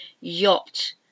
Yacht